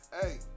Hey